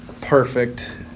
perfect